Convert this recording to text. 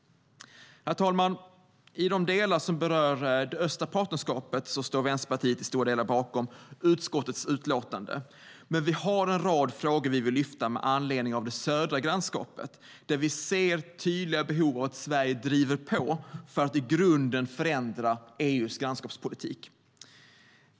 Herr talman! I de delar som berör det östliga partnerskapet står Vänsterpartiet i stort sett bakom utskottets utlåtande. Men vi har en rad frågor vi vill lyfta fram med anledning av det södra grannskapet, där vi ser tydliga behov av att Sverige driver på för att i grunden förändra EU:s grannskapspolitik.